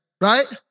right